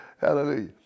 Hallelujah